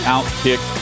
OutKick